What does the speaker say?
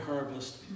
harvest